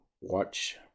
watch